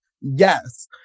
Yes